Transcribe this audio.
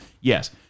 yes